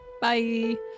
Bye